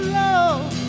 love